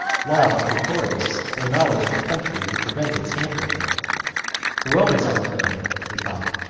while, if victorious, their knowledge of the country would prevent its hampering them the romans, on the other hand, they thought,